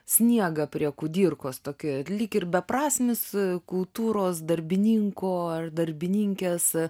sniegą prie kudirkos tokia lyg ir beprasmis kultūros darbininko ar darbininkės